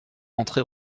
entrer